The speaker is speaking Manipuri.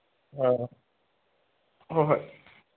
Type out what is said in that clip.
ꯑꯥ ꯍꯣꯏ ꯍꯣꯏ